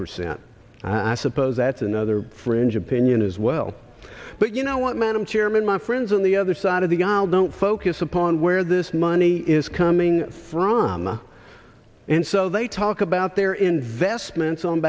percent i suppose that's another fringe opinion as well but you know what madam chairman my friends on the other side of the aisle don't focus upon where this money is coming from and so they talk about their investments on